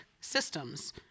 systems